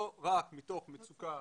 לא רק מתוך מצוקה